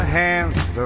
hands